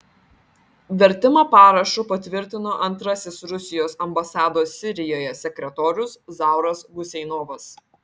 vertimą parašu patvirtino antrasis rusijos ambasados sirijoje sekretorius zauras guseinovas